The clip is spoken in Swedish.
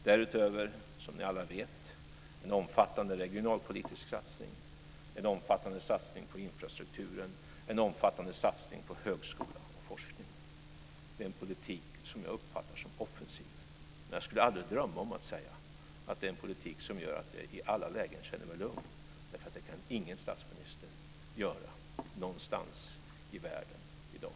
Därutöver gör vi, som ni alla vet, en omfattande regionalpolitisk satsning, en omfattande satsning på infrastrukturen samt en omfattande satsning på högskola och forskning. Det är en politik som jag uppfattar som offensiv. Men jag skulle aldrig drömma om att säga att det är en politik som i alla lägen gör att jag känner mig lugn. Det kan ingen statsminister göra någonstans i världen i dag.